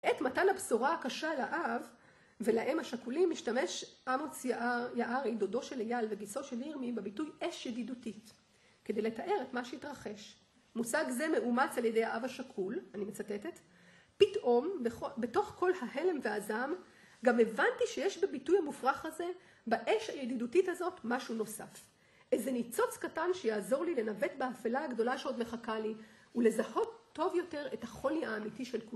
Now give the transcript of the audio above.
עת מתן הבשורה הקשה לאב ולאם השכולים משתמש אמוץ יער, יערי, דודו של אייל וגיסו של ירמי בביטוי אש ידידותית כדי לתאר את מה שהתרחש. מושג זה מאומץ על ידי האב השכול, אני מצטטת, פתאום בתוך כל ההלם והזעם גם הבנתי שיש בביטוי המופרך הזה, באש הידידותית הזאת, משהו נוסף. איזה ניצוץ קטן שיעזור לי לנווט באפלה הגדולה שעוד מחכה לי ולזהות טוב יותר את החולי האמיתי של כו...